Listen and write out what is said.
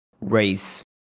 race